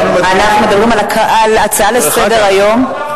אנחנו מדברים על הצעה לסדר-היום,